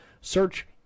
Search